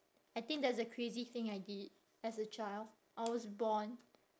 I think that's the crazy thing I did as a child I was born